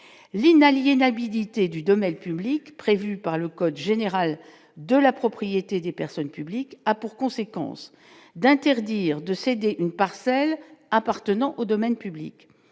l'inaliénabilité du domaine public prévue par le code général de la propriété des personnes publiques a pour conséquence d'interdire de céder une parcelle appartenant au domaine public,